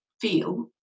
feel